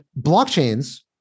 blockchains